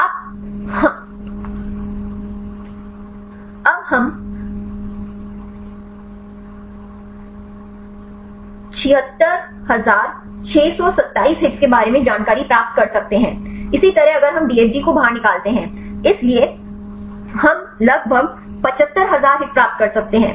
आप हम 76627 हिट के बारे में जानकारी प्राप्त कर सकते हैं इसी तरह अगर हम DFG को बाहर निकालते हैं इसलिए हम लगभग 75000 हिट प्राप्त कर सकते हैं